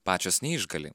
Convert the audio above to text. pačios neišgali